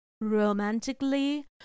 romantically